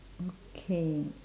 okay